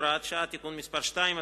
הוראת שעה) (תיקון מס' 2),